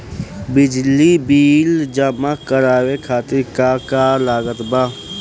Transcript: बिजली बिल जमा करावे खातिर का का लागत बा?